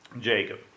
Jacob